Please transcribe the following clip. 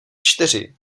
čtyři